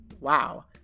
Wow